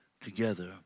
together